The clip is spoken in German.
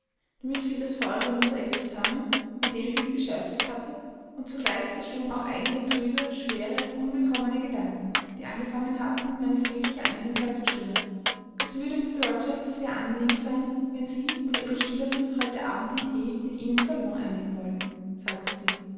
damit fiel das feurige mosaik zusammen mit dem ich mich beschäftigt hatte und zugleich zerstoben auch einige trübe schwere unwillkommene gedanken die angefangen hatten meine friedliche einsamkeit zu stören es würde mr rochester sehr angenehm sein wenn sie und ihre schülerin heute abend den thee mit ihm im salon einnehmen wollten sagte sie